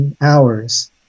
hours